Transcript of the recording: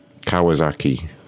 Kawasaki